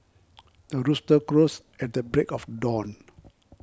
the rooster crows at the break of dawn